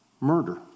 Murder